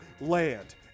land